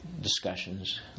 Discussions